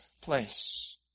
place